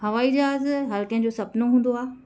हवाई जहाज़ु हर कंहिंजो सुपिनो हूंदो आहे